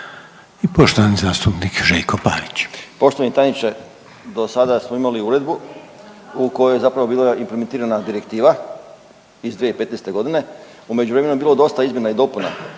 Poštovani zastupnik Željko Pavić.